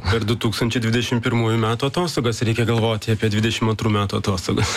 per du tūkstančiai dvidešim pirmųjų metų atostogas reikia galvoti apie dvidešim antrų metų atostogas